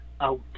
out